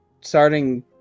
starting